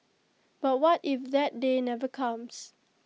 but what if that day never comes